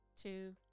Two